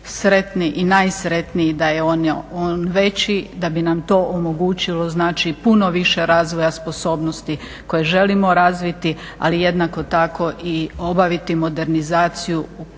sretni i najsretniji da je on veći da bi nam to omogućilo puno više razvoja sposobnosti koje želimo razviti, ali jednako tako i obaviti modernizaciju u kojoj